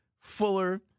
Fuller